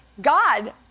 God